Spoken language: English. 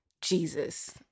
jesus